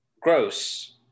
gross